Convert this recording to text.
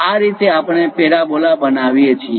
આ રીતે આપણે પેરાબોલા બનાવીએ છીએ